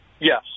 Yes